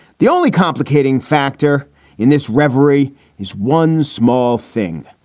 the only complicating factor in this reverie is one small thing,